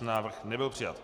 Návrh nebyl přijat.